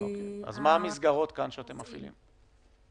מה המסגרות שכאן אתם מפעילים?